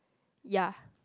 ya